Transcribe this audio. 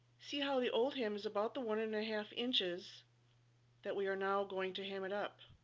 see how the old hem is about the one-and-a-half inches that we are now going to hem it up.